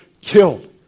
killed